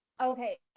okay